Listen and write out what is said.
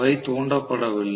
அவை தூண்டப்படவில்லை